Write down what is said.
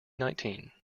nineteen